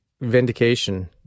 Vindication